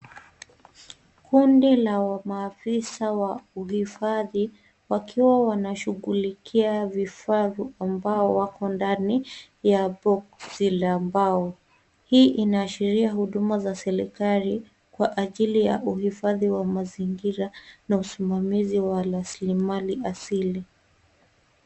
Kundi la maafisa wa uhifadhi, wakiwa wanashughulikia vifaa ambao wako ndani, ya boksi la mbao. Hii inaashiria huduma za serikali, kwa ajili ya uhifadhi wa mazingira, na usimamizi wa rasilimali asili.